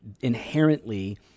inherently